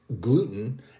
gluten